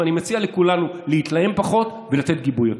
ואני מציע לכולנו להתלהם פחות, ולתת גיבוי יותר.